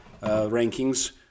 rankings